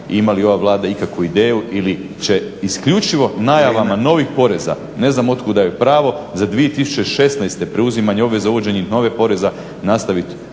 ima li ova Vlada ikakvu ideju ili će isključivo najavama novih poreza, ne znam otkuda joj pravo, za 2016.preuzimanje obveze uvođenja novih poreza nastavit